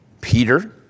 Peter